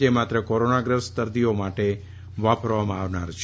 જે માત્ર કોરોનાગ્રસ્ત દર્દીઓ માટે વાપરવામાં આવનાર છે